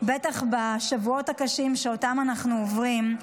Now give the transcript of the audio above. בטח בשבועות הקשים שאותם אנחנו עוברים,